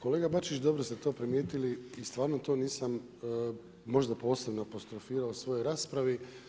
Kolega Bačić, dobro ste to primijetili i stvarno to nisam možda posebno apostrofirao u svojoj raspravi.